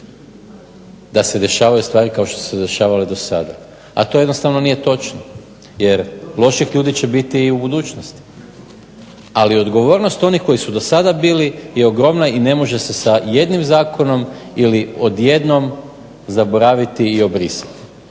da se dešavaju stvari kao što su se dešavale do sada. A to jednostavno nije točno jer loših ljudi će biti i u budućnosti. Ali odgovornost onih koji su do sada bili je ogromna i ne može se sa jednim zakonom ili odjednom zaboraviti i obrisati.